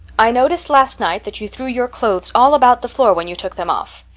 i noticed last night that you threw your clothes all about the floor when you took them off.